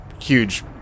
huge